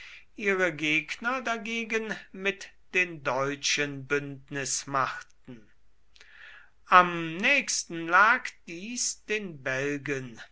ihre gegner dagegen mit den deutschen bündnis machten am nächsten lag dies den belgen